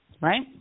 right